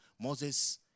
Moses